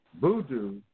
Voodoo